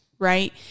Right